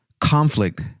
conflict